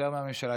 יותר מהממשלה,